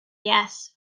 yes